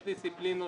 יש דיסציפלינות